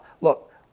Look